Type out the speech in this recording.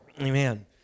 Amen